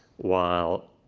while